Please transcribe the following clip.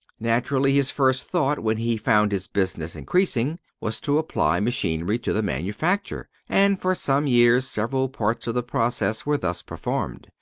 naturally, his first thought, when he found his business increasing, was to apply machinery to the manufacture, and for some years several parts of the process were thus performed.